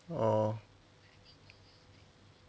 oh